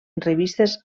revistes